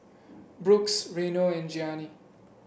Brooks Reino and Gianni